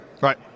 Right